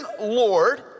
Lord